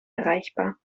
erreichbar